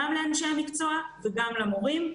גם לאנשי המקצוע וגם למורים.